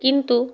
কিন্তু